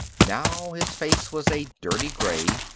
now his face was a dirty gray,